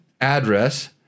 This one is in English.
address